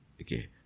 Okay